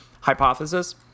hypothesis